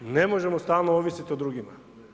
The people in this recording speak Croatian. Ne možemo stalno ovisiti o drugima.